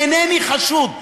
אינני חשוד,